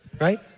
right